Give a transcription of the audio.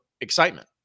excitement